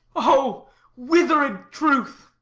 o withered truth!